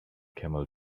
camel